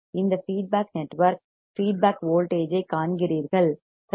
இந்த feedback network feedback voltage ஐக் காண்கிறீர்கள் சரியா